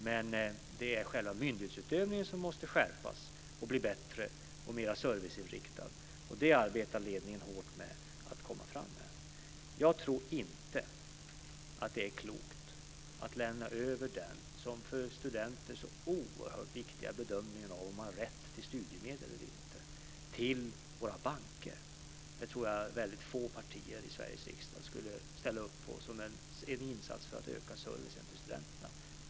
Men det är själva myndighetsutövningen som måste skärpas och bli bättre, mera serviceinriktad. Det arbetar ledningen hårt med. Jag tror inte att det är klokt att lämna över den för studenter så oerhört viktiga bedömningen av om man har rätt till studiemedel eller inte till våra banker. Jag tror att väldigt få partier i Sveriges riksdag skulle ställa upp på det som en insats för att öka servicen till studenterna.